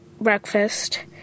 breakfast